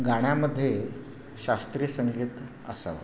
गाण्यामध्ये शास्त्रीय संगीत असावं